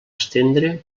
estendre